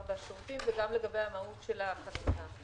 והשירותים וגם לגבי המהות של החקיקה.